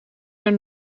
naar